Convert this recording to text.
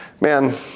man